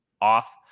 off